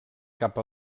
cap